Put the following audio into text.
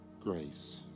grace